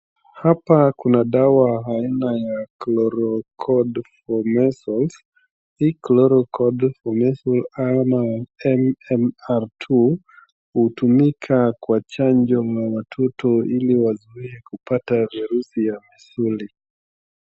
Hapa kuna dawa aina ya COLOR CODE FOR MEASLES , hii COLOR CODE FOR MEASLES ama M-M-R II hutumika kwa chanjo ya watoto ili wasiweze kupata virusi vya misuli.